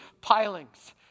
pilings